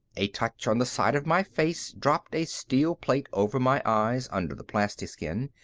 a touch on the side of my face dropped a steel plate over my eyes, under the plastiskin.